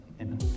Amen